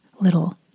little